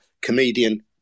comedian